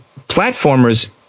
platformers